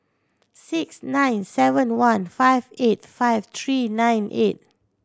six nine seven one five eight five three nine eight